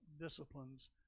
disciplines